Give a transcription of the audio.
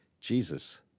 jesus